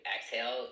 exhale